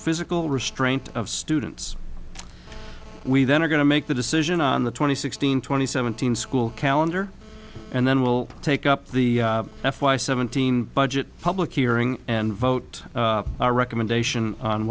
physical restraint of students we then are going to make the decision on the twenty sixteen twenty seventeen school calendar and then we'll take up the f y seventeen budget public hearing and vote our recommendation on